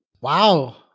Wow